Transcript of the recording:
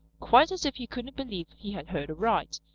quite as if he couldn't believe he had heard aright.